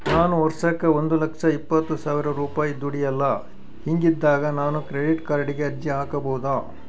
ನಾನು ವರ್ಷಕ್ಕ ಒಂದು ಲಕ್ಷ ಇಪ್ಪತ್ತು ಸಾವಿರ ರೂಪಾಯಿ ದುಡಿಯಲ್ಲ ಹಿಂಗಿದ್ದಾಗ ನಾನು ಕ್ರೆಡಿಟ್ ಕಾರ್ಡಿಗೆ ಅರ್ಜಿ ಹಾಕಬಹುದಾ?